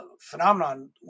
phenomenon